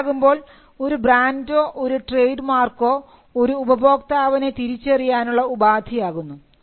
അങ്ങനെയാകുമ്പോൾ ഒരു ബ്രാൻഡോ ഒരു ട്രേഡ് മാർക്കോ ഒരു ഉപഭോക്താവിനെ തിരിച്ചറിയാനുള്ള ഉപാധിയാകുന്നു